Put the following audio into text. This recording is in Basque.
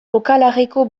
okalarreko